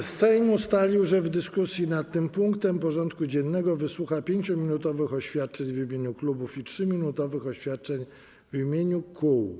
Sejm ustalił, że w dyskusji nad tym punktem porządku dziennego wysłucha 5-minutowych oświadczeń w imieniu klubów i 3-minutowych oświadczeń w imieniu kół.